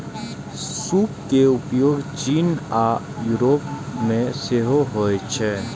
सूप के उपयोग चीन आ यूरोप मे सेहो होइ छै